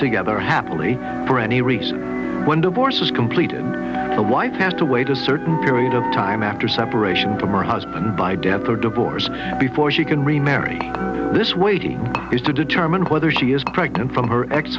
together happily for any reason when divorce is the to the wife has to wait a certain period of time after separation from or husband by death or divorce before she can remarry this weighty is to determine whether she is pregnant from her ex